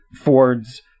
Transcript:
Ford's